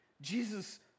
Jesus